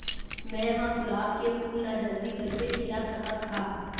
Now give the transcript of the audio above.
मैं ह गुलाब के फूल ला जल्दी कइसे खिला सकथ हा?